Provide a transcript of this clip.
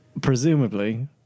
presumably